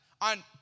on